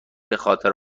بخاطر